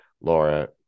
laura